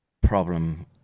problem